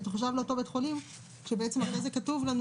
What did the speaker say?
כאן קשה מאוד לאמוד את המשמעות של המספרים האלה.